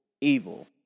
evil